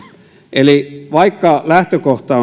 eli vaikka lähtökohta